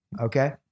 Okay